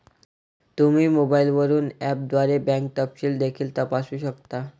तुम्ही मोबाईलवरून ऍपद्वारे बँक तपशील देखील तपासू शकता